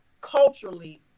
culturally